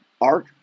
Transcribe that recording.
Arc